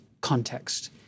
context